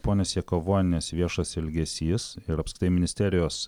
ponios jakavonienės viešas elgesys ir apskritai ministerijos